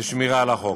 ושמירה על החוק.